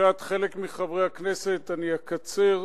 לבקשת חלק מחברי הכנסת אני אקצר,